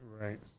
Right